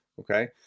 okay